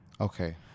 Okay